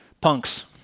punks